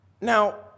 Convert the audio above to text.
Now